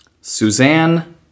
Suzanne